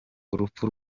urupfu